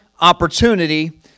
opportunity